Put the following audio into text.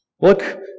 Look